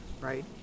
right